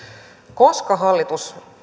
koska hallitus